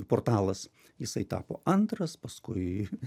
portalas jisai tapo antras paskui